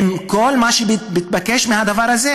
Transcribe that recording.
עם כל מה שמתבקש מהדבר הזה.